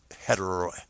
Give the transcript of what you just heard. hetero